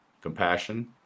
compassion